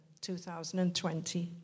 2020